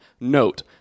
Note